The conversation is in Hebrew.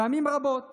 פעמים רבות